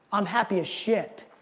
i'm happy as shit.